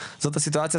זאת הסיטואציה,